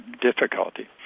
difficulty